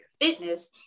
fitness